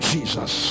Jesus